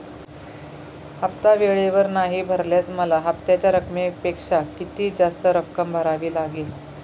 हफ्ता वेळेवर नाही भरल्यावर मला हप्त्याच्या रकमेपेक्षा किती जास्त रक्कम भरावी लागेल?